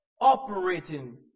operating